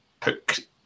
put